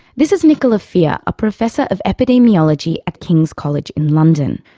this is nicola fear, a professor of epidemiology at kings college in london.